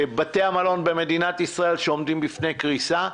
בתי המלון במדינת ישראל שעומדים בפני קריסה,